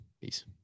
Peace